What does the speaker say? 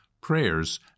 prayers